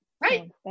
Right